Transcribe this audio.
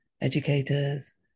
educators